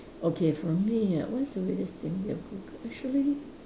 okay from me ah what is the weirdest thing that I Google actually